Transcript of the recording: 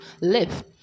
live